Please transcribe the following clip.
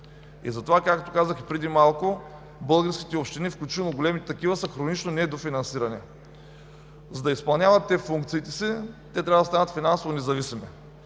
И затова, както казах преди малко, българските общини, включително големите такива, са хронично недофинансирани. За да изпълняват функциите си, те трябва да станат финансово независими.